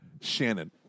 Shannon